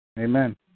Amen